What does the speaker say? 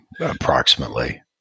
approximately